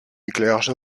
éclairage